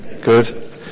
Good